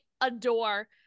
adore